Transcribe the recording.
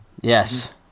Yes